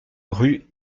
rue